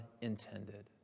intended